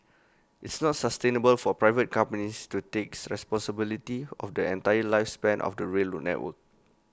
it's not sustainable for private companies to takes responsibility of the entire lifespan of the rail network